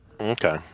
Okay